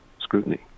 scrutiny